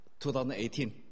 2018